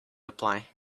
reply